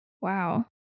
Wow